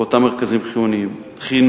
באותם מרכזים חינוכיים.